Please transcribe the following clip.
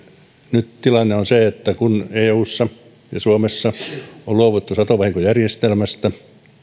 nyt tilanne on se että kun eussa ja suomessa on luovuttu satovahinkojärjestelmästä